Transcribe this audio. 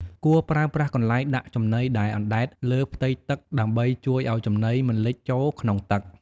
គួរប្រើប្រាស់កន្លែងដាក់ចំណីដែលអណ្ដែតលើផ្ទៃទឹកដើម្បីជួយឲ្យចំណីមិនលិចចូលក្នុងទឹក។